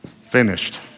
Finished